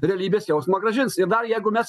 realybės jausmą grąžins ir dar jeigu mes